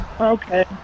Okay